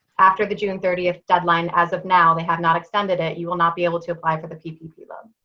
after the june thirtieth deadline as of now they have not extended it you will not be able to apply for the ppp loan.